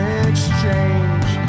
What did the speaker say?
exchange